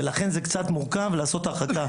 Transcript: לכן, זה קצת מורכב לעשות הרחקה.